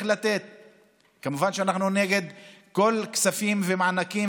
כמובן שאנחנו נגד כל כספים ומענקים